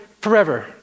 forever